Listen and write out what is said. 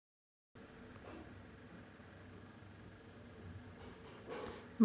माझी आई बिर्याणी बनवण्यासाठी मोठी वेलची वापरते